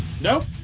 Nope